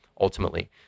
ultimately